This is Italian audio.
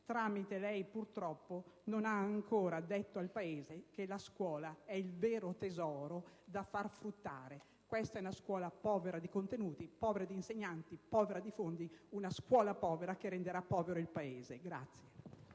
tramite lei, purtroppo non abbia ancora detto al Paese che la scuola è il vero tesoro da far fruttare. Questa è una scuola povera di contenuti, di insegnanti e di fondi; una scuola povera che renderà povero il Paese.